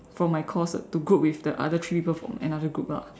from my course to group with the other people from another group lah